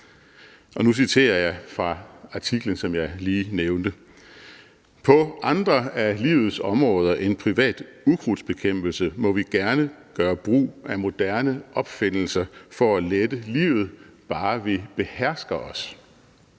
nu citerer jeg fra artiklen, som jeg lige nævnte: »På andre af livets områder må vi gerne gøre brug af moderne opfindelser for at lette livet, bare vi behersker os.«